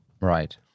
Right